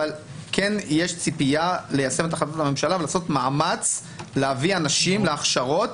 אבל יש ציפייה ליישם את החלטות הממשלה ולעשות מאמץ להביא אנשים להכשרות.